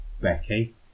Becky